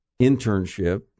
internship